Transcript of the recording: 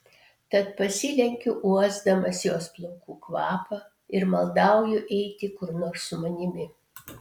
tad pasilenkiu uosdamas jos plaukų kvapą ir maldauju eiti kur nors su manimi